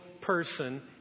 person